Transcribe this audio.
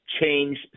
change